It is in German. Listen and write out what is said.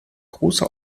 große